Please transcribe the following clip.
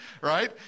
right